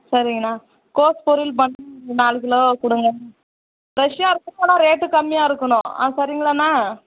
சரிங்கண்ணா கோஸ் பொரியல் பண்ண நாலு கிலோ கொடுங்க ஃப்ரெஷ்ஷாக இருக்கணும் ஆனால் ரேட்டும் கம்மியாக இருக்கணும் ஆ சரிங்களாண்ணா